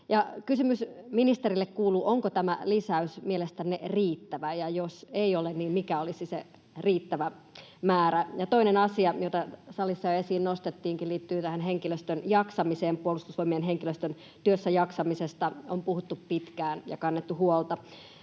Kysymys ministerille kuuluu: onko tämä lisäys mielestänne riittävä, ja jos ei ole, niin mikä olisi se riittävä määrä? Toinen asia, jota salissa esiin nostettiinkin, liittyy henkilöstön jaksamiseen. Puolustusvoimien henkilöstön työssäjaksamisesta on puhuttu pitkään ja kannettu huolta.